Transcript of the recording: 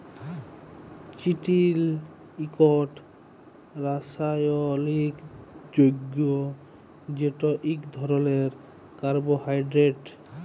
চিটিল ইকট রাসায়লিক যগ্য যেট ইক ধরলের কার্বোহাইড্রেট